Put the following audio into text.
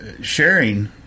sharing